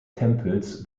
tempels